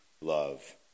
love